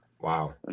Wow